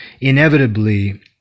inevitably